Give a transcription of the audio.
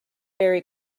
very